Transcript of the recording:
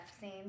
scene